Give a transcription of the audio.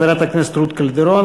חברת הכנסת רות קלדרון.